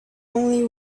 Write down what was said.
only